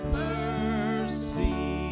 mercy